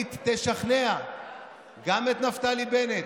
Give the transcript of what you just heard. היהודית תשכנע גם את נפתלי בנט